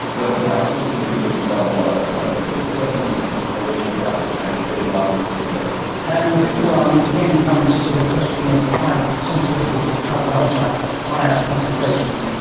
whether black soot is contributing to that or not i don't know, but it's certainly a region of rapid change, but in line with projections. and the fifth one again comes to the question of climate sensitivity to carbon dioxide at higher concentrations.